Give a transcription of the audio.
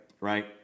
right